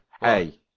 hey